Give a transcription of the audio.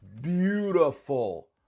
beautiful